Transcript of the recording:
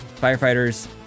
firefighters